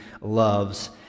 loves